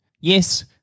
Yes